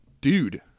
Dude